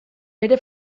bere